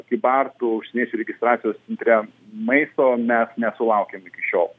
kybartų užsieniečių registracijos centre maisto mes nesulaukėm iki šiol